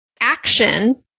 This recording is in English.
action